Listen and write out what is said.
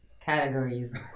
categories